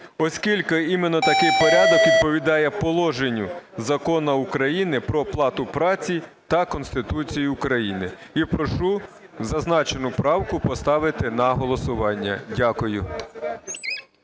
Оскільки саме такий порядок відповідає положенню Закону України "Про оплату праці" та Конституції України. І прошу зазначену правку поставити на голосування. Дякую.